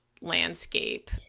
landscape